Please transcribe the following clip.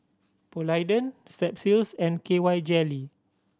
Polident Strepsils and K Y Jelly